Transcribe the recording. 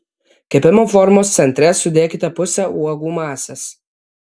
kepimo formos centre sudėkite pusę uogų masės